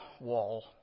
wall